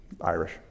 Irish